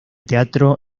teatro